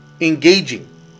engaging